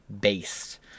Based